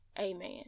amen